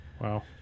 Wow